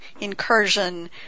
incursion